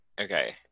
okay